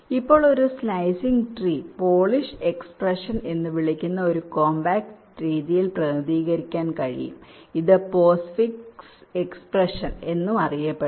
ഇപ്പോൾ ഒരു slicing tree Polish expression എന്ന് വിളിക്കുന്ന ഒരു കോംപാക്റ്റ് രീതിയിൽ പ്രതിനിധീകരിക്കാൻ കഴിയും ഇത് പോസ്റ്റ്ഫിക്സ് എക്സ്പ്രഷൻ എന്നും അറിയപ്പെടുന്നു